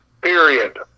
Period